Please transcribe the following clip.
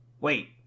wait